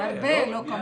הרבה לא כמונו.